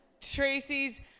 Tracy's